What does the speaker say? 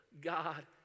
God